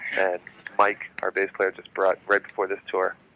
mike, our bass player, just brought rick for this tour.